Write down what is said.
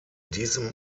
diesem